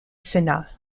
sénat